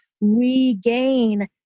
regain